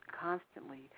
constantly